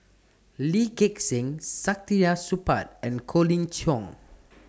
Lee Gek Seng Saktiandi Supaat and Colin Cheong